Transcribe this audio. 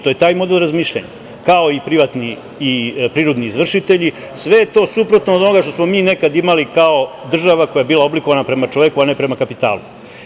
To je taj model razmišljanja, kao i prinudni izvršitelji, sve je to suprotno od onoga što smo mi nekad imali kao država koja je bila oblikovana prema čoveku, a ne prema kapitalu.